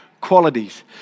qualities